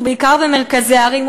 ובעיקר במרכזי הערים,